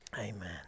Amen